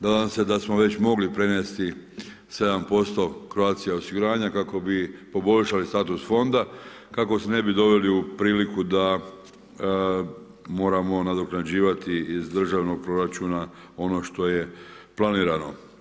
Nadam se da smo već mogli prenesti 7% Croatia osiguranja kako bi poboljšali status fonda, kako se ne bi doveli u priliku da moramo nadoknađivati iz državnog proračuna ono što je planirano.